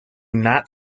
not